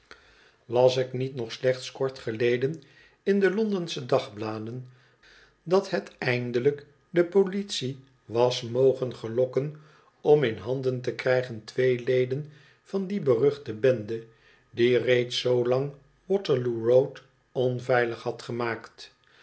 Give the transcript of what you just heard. las ik niet nog slechts kort geleden in de londensche dagbladen dat het eindelijk de politie was mogen gelokken om in handen te krijgen twee leden van die beruchte bende die reeds zoolang waterloo road onveilig had gemaakt